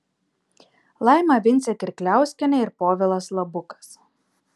laima vincė kirkliauskienė ir povilas labukas